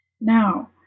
Now